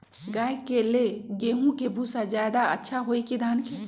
गाय के ले गेंहू के भूसा ज्यादा अच्छा होई की धान के?